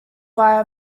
via